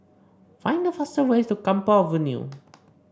find the fastest way to Camphor Avenue